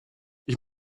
ich